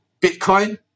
Bitcoin